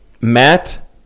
Matt